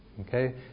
okay